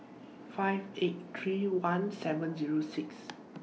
five eight three one seven Zero six